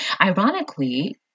Ironically